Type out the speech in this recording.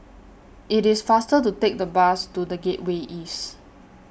IT IS faster to Take The Bus to The Gateway East